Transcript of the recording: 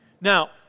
Now